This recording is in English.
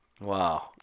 Wow